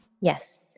Yes